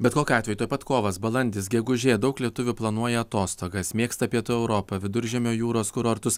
bet kokiu atveju tuoj pat kovas balandis gegužė daug lietuvių planuoja atostogas mėgsta pietų europą viduržemio jūros kurortus